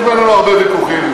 יש בינינו הרבה ויכוחים,